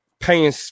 paying